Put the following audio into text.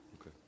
Okay